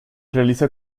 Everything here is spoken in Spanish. realiza